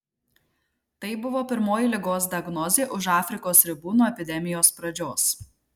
tai buvo pirmoji ligos diagnozė už afrikos ribų nuo epidemijos pradžios